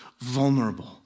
vulnerable